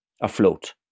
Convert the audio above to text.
afloat